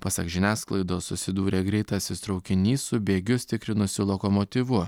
pasak žiniasklaidos susidūrė greitasis traukinys su bėgius tikrinusiu lokomotyvu